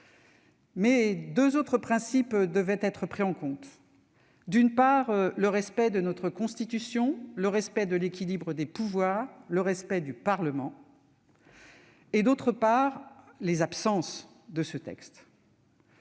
Mais deux autres éléments doivent aussi être pris en compte : d'une part, le respect de notre constitution, le respect de l'équilibre des pouvoirs, le respect du Parlement ; d'autre part, les absences de ce texte.